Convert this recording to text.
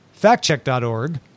FactCheck.org